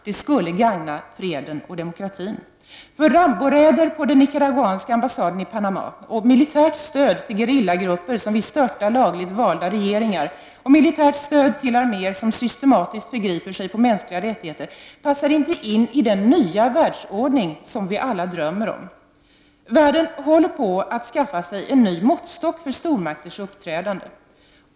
Det skulle gagna freden och demokratin. ”Ramboraider” på den nicaraguanska ambassaden i Panama, militärt stöd till gerillagrupper som vill störta lagligt valda regeringar och militärt stöd till arméer som systematiskt så att säga förgriper sig på mänskliga rättigheter passar inte in i den nya världsordning som vi alla drömmer om. Världen håller på att skaffa sig en ny måttstock för stormakters uppträdande.